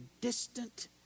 distant